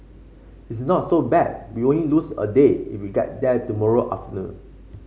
it's not so bad we only lose a day if we get there tomorrow afternoon